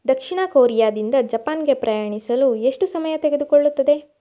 ದಕ್ಷಿಣ ಕೊರಿಯಾದಿಂದ ಜಪಾನ್ಗೆ ಪ್ರಯಾಣಿಸಲು ಎಷ್ಟು ಸಮಯ ತೆಗೆದುಕೊಳ್ಳುತ್ತದೆ